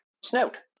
snout